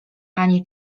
ani